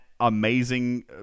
amazing